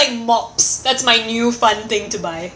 mops that's my new fun thing to buy